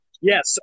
Yes